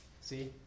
See